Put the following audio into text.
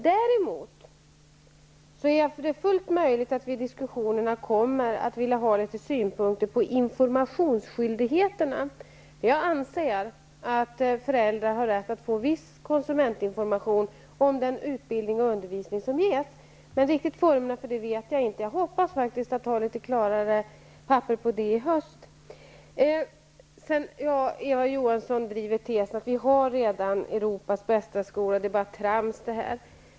Däremot är det fullt möjligt att vi i diskussionerna kommer att vilja ha litet synpunkter på informationsskyldigheten. Jag anser att föräldrar har rätt att få viss konsumentinformation om den utbildning och undervisning som ges. Men formen för detta vet jag inte. Jag hoppas att ha litet klarare papper på det i höst. Eva Johansson driver tesen att vi redan har Europas bästa skola och att det här bara är trams.